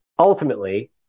Ultimately